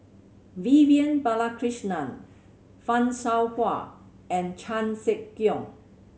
Vivian Balakrishnan Fan Shao Hua and Chan Sek Keong